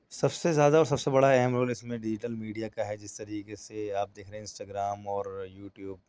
سب سے زیادہ اور سب سے بڑا ہم رول اس میں ڈیجیٹل میڈیا کا ہے جس طریقے سے آپ دیکھ رہے ہیں انسٹگرام اور یوٹیوب